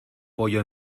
pollo